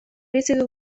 bizidun